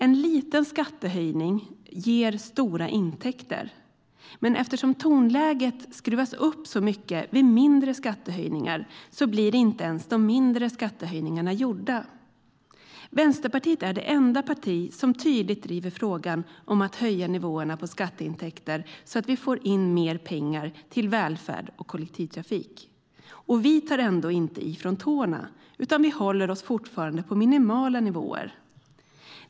En liten skattehöjning ger stora intäkter, men eftersom tonläget skruvas upp så mycket vid mindre skattehöjningar blir inte ens dessa gjorda. Vänsterpartiet är det enda parti som tydligt driver frågan om att höja nivåerna på skatteintäkterna så att vi får in mer pengar till välfärd och kollektivtrafik. Då tar vi ändå inte i från tårna, utan vi håller oss på minimala nivåer.